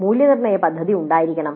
മൂല്യനിർണ്ണയ പദ്ധതി ഉണ്ടായിരിക്കണം